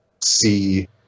see